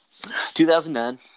2009